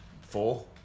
four